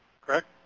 Correct